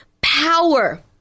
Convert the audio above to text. power